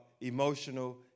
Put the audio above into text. emotional